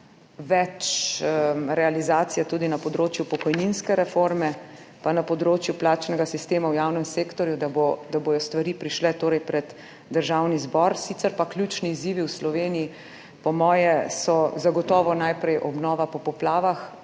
več realizacije tudi na področju pokojninske reforme pa na področju plačnega sistema v javnem sektorju, da bodo torej stvari prišle pred Državni zbor. Sicer pa je ključni izziv v Sloveniji po mojem zagotovo najprej obnova po poplavah,